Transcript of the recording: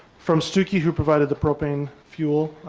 from sticky who provided the propane fuel.